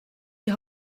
die